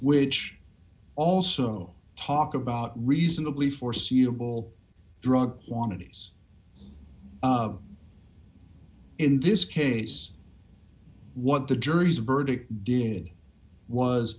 which also talk about reasonably foreseeable drug quantities in this case what the jury's verdict did was